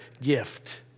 gift